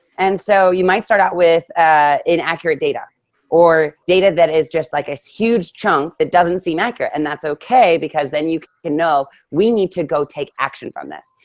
and so you might start out with inaccurate data or data that is just like a huge chunk that doesn't seem accurate. and that's okay because then you can know, we need to go take action from this.